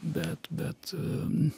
bet bet